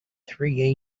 three